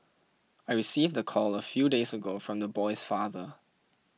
I received the call a few days ago from the boy's father